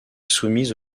soumise